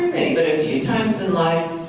that a few times in life,